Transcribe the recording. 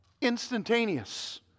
instantaneous